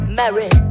marry